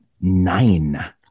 nine